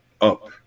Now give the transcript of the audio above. up